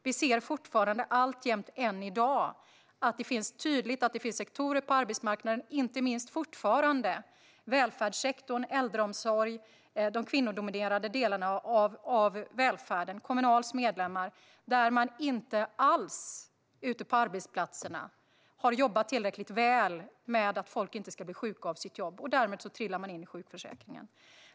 Vi ser fortfarande tydligt, än i dag, att det finns sektorer på arbetsmarknaden, inte minst välfärdssektorn - äldreomsorgen, de kvinnodominerade delarna av välfärden, Kommunals medlemmar - där man inte alls ute på arbetsplatserna har jobbat tillräckligt väl med att de anställda inte ska bli sjuka av sitt jobb, och därmed trillar de in i sjukförsäkringen.